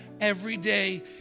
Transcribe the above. everyday